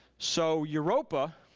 so europa